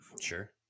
Sure